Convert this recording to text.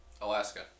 Alaska